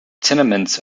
tenements